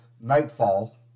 Nightfall